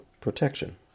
protection